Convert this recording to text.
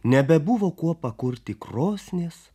nebebuvo kuo pakurti krosnies